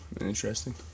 interesting